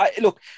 Look